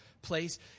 place